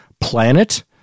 planet